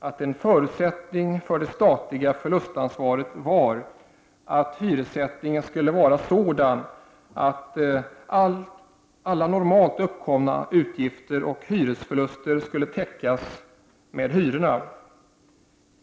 att en förutsättning för det statliga förlustansvaret var att hyressättningen skulle vara sådan att alla normalt uppkommande utgifter och hyresförluster skulle täckas med hyrorna.